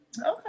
okay